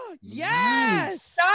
yes